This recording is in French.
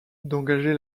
d’engager